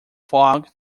fog